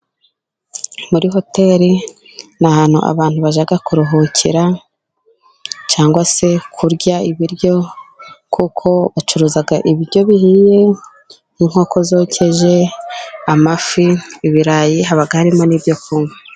Muri hoteli ni ahantu abantu bajya kuruhukira cyangwa se kurya ibiryo, kuko bacuruza ibiryo bihiye nk' inkoko zokeje, amafi, ibirayi, haba harimo n'ibyo kunywa.